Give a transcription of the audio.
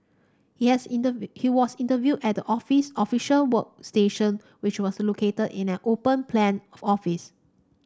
he has he was interviewed at the office official workstation which was located in an open plan office